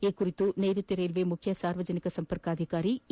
ಈ ಕುರಿತು ನೈರುತ್ತ ರೈಲ್ವೇ ಮುಖ್ಯ ಸಾರ್ವಜನಿಕ ಸಂಪರ್ಕಾಧಿಕಾರಿ ಇ